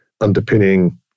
underpinning